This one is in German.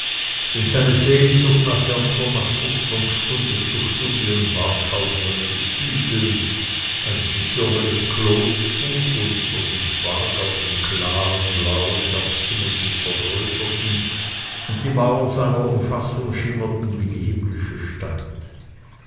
seine sehnsucht nach herrn thomas wuchs von stunde zu stunde und war kaum mehr zu zügeln als die türme des klosters wo dieser sich barg auf dem klaren blauen herbsthimmel sich vergrößerten und die mauern seiner umfassung schimmerten wie die himmlische stadt